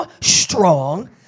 strong